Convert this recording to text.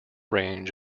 range